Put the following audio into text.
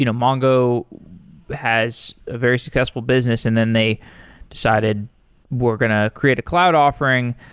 you know mongo has a very successful business and then they decided we're going to create a cloud offering.